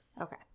okay